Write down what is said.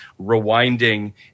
rewinding